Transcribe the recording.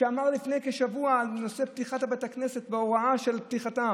שאמר לפני כשבוע על נושא פתיחת בתי כנסת וההוראה על פתיחתם,